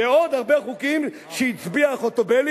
ועוד הרבה חוקים שהצביעה חוטובלי,